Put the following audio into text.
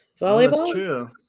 Volleyball